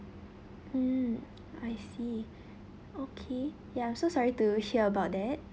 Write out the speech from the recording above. mm I see okay ya I'm so sorry to hear about that